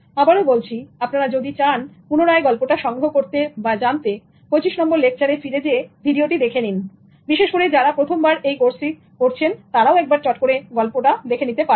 আবারো বলছি আপনারা যদি চান পুনরায় গল্পটা সংগ্রহ করতে বা জানতে 25 নম্বর লেকচারের ফিরে যেয়ে ভিডিওটি দেখে নিন বিশেষ করে যারা প্রথমবার এই কোর্সটি করছেন তারাও একবার চট করে গল্পটা দেখে নিতে পারেন